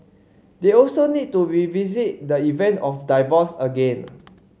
they also need to revisit the event of divorce again